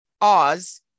Oz